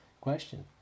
Question